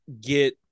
get